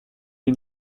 des